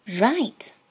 Right